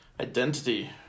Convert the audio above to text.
Identity